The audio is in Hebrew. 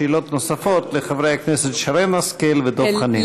שאלות נוספות לחברי הכנסת שרן השכל ודב חנין.